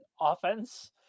offense